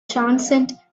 transcend